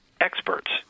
experts